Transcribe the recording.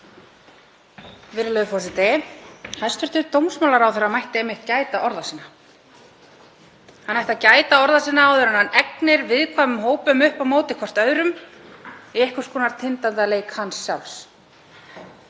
Virðulegur forseti. Hæstv. dómsmálaráðherra mætti einmitt gæta orða sinna. Hann ætti að gæta orða sinna áður en hann egnir viðkvæmum hópum upp á móti hvor öðrum í einhvers konar tindátaleik hans sjálfs.